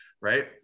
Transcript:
right